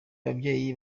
ababyeyi